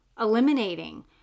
eliminating